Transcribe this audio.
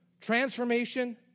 transformation